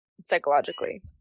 psychologically